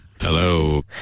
Hello